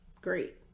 great